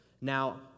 Now